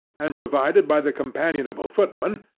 and provided by the companionable footman,